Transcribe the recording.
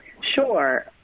Sure